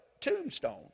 tombstone